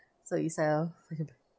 explode itself